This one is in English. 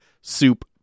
Soup